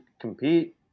compete